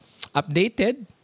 updated